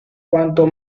cuanto